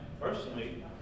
personally